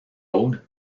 road